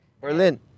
Berlin